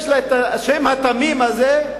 יש לה השם התמים הזה,